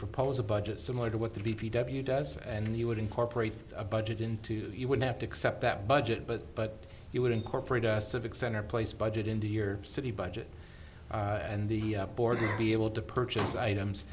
propose a budget similar to what the b p w does and you would incorporate a budget into you would have to accept that budget but but you would incorporate a civic center place budget into your city budget and the board will be able to purchase items